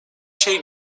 şey